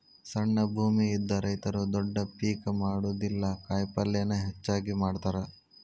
ಸಣ್ಣ ಭೂಮಿ ಇದ್ದ ರೈತರು ದೊಡ್ಡ ಪೇಕ್ ಮಾಡುದಿಲ್ಲಾ ಕಾಯಪಲ್ಲೇನ ಹೆಚ್ಚಾಗಿ ಮಾಡತಾರ